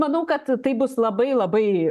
manau kad tai bus labai labai